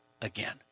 again